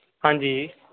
ਹਾਂਜੀ